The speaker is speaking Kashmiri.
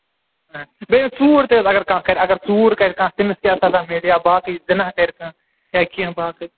بیٚیہِ حظ ژوٗر تہِ حظ اَگر کانہہ کرِ اَگر ژوٗر کَرِ کانہہ تٔمِس کیاہ سَزہ میلہِ یا باقٕے زِنا کرِ کانہہ یا کیٚنہہ باقٕے